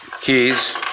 keys